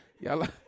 Y'all